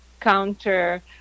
counter